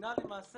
המדינה למעשה